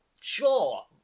Sure